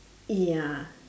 ya